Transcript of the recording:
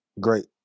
Great